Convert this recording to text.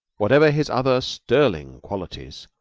whatever his other sterling qualities,